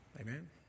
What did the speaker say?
Amen